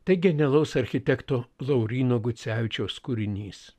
tai genialaus architekto lauryno gucevičiaus kūrinys